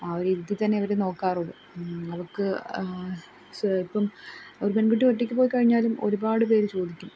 ആ ഒരു ഇതി തന്നെ അവർ നോക്കാറുള്ളൂ അവർക്ക് സ്വൽപ്പം ഒരു പെൺകുട്ടി ഒറ്റയ്ക്ക് പോയി കഴിഞ്ഞാലും ഒരുപാട് പേർ ചോദിക്കും